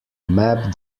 map